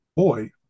Boy